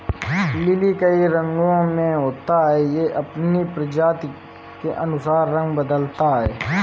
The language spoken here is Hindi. लिली कई रंगो में होता है, यह अपनी प्रजाति के अनुसार रंग बदलता है